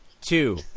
two